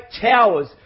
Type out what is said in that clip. towers